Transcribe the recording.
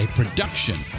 production